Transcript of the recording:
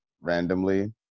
randomly